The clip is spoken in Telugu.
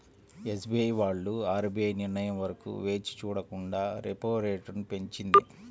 ఎస్బీఐ వాళ్ళు ఆర్బీఐ నిర్ణయం వరకు వేచి చూడకుండా రెపో రేటును పెంచింది